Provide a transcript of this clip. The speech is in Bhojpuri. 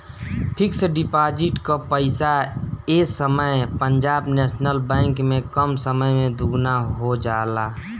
फिक्स डिपाजिट कअ पईसा ए समय पंजाब नेशनल बैंक में कम समय में दुगुना हो जाला